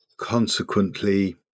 consequently